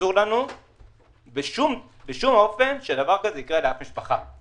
אסור לנו בשום אופן שדבר כזה יקרה לאף משפחה.